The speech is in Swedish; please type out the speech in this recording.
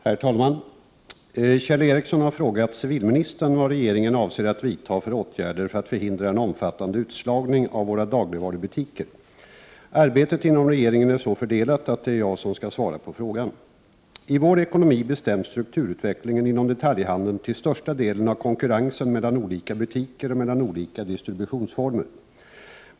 Herr talman! Kjell Ericsson har frågat civilministern vad regeringen avser att vidta för åtgärder för att förhindra en omfattande utslagning av våra dagligvarubutiker. Arbetet inom regeringen är så fördelat att det är jag som skall svara på frågan. I vår ekonomi bestäms strukturutvecklingen inom detaljhandeln till största delen av konkurrensen mellan olika butiker och mellan olika distributionsformer.